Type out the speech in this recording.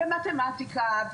במתמטיקה,